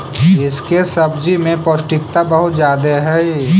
इसके सब्जी में पौष्टिकता बहुत ज्यादे हई